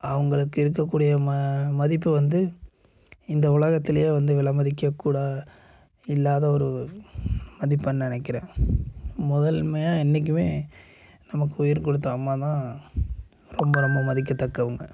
அவங்களுக்கு இருக்கக்கூடிய ம மதிப்பு வந்து இந்த உலகத்தில் வந்து விலை மதிக்க கூடா இல்லாத ஒரு மதிப்பாக நினக்கிறேன் முதன்மையா என்றைக்குமே நமக்கு உயிர் கொடுத்த அம்மாதான் ரொம்ப ரொம்ப மதிக்கத்தக்கவங்க